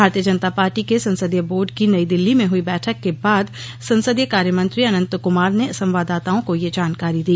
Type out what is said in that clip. भारतीय जनता पार्टी के संसदीय बोर्ड की नई दिल्ली में हुई बैठक के बाद संसदीय कार्य मंत्री अनंत कुमार ने संवाददाताओं को यह जानकारी दी